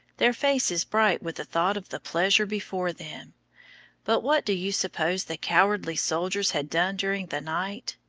their faces bright with the thought of the pleasure before them but what do you suppose the cowardly soldiers had done during the night?